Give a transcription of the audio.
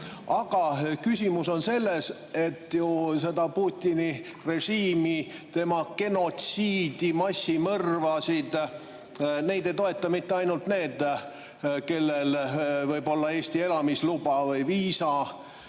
Aga küsimus on selles, et seda Putini režiimi, tema genotsiidi ja massimõrvasid ei toeta mitte ainult need, kellel võib olla Eesti elamisluba või viisa,